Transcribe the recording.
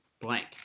blank